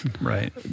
right